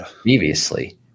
previously